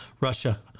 Russia